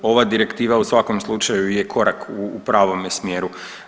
Ova direktiva u svakom slučaju je korak u pravome smjeru.